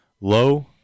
low